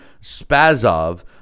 Spazov